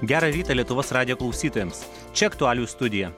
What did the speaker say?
gerą rytą lietuvos radijo klausytojams čia aktualijų studija